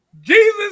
Jesus